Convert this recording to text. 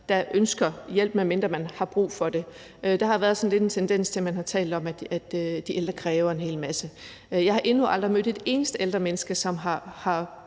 der ønsker hjælp, medmindre man har brug for det. Der har været sådan lidt en tendens til, at man har talt om, at de ældre kræver en hel masse. Jeg har endnu aldrig mødt et eneste ældre menneske, som har